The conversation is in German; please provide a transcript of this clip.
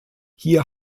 hier